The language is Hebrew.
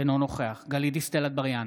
אינו נוכח גלית דיסטל אטבריאן,